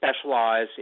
specialize